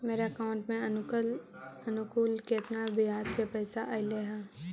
मेरे अकाउंट में अनुकुल केतना बियाज के पैसा अलैयहे?